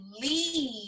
leave